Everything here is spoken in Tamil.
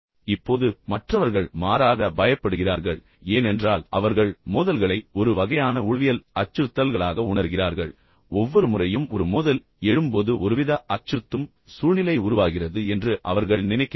இப்போது மற்றவர்கள் மாறாக பயப்படுகிறார்கள் ஏனென்றால் அவர்கள் மோதல்களை ஒரு வகையான உளவியல் அச்சுறுத்தல்களாக உணர்கிறார்கள் ஒவ்வொரு முறையும் ஒரு மோதல் எழும்போது ஒருவித அச்சுறுத்தும் சூழ்நிலை உருவாகிறது என்று அவர்கள் நினைக்கிறார்கள்